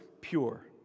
pure